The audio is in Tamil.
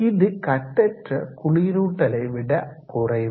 இது கட்டற்ற குளிரூட்டலை விட குறைவு